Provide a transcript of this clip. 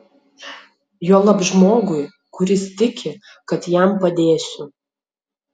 juolab žmogui kuris tiki kad jam padėsiu